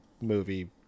movie